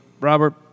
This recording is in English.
Robert